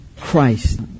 Christ